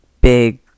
big